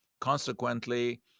Consequently